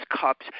cups